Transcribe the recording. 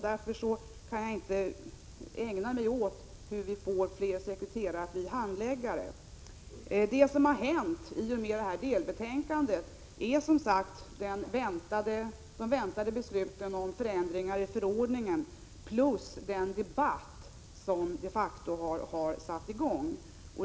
Därför kan jag inte ägna mig åt att få fler sekreterare att bli handläggare. Vad som kommit i och med delbetänkandet är som sagt de väntade besluten om förändringar i förordningen samt den debatt som de facto satt i gång.